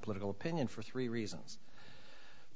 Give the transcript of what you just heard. political opinion for three reasons